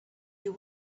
you